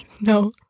No